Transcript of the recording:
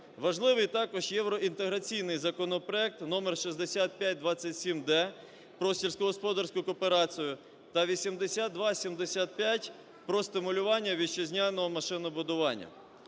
Важливий також євроінтеграційний законопроект номер 6527-д про сільськогосподарську кооперацію та 8275 про стимулювання вітчизняного машинобудування.